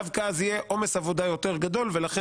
דווקא אז יהיה עומס עבודה יותר גדול ולכן